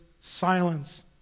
silence